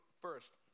First